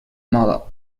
moda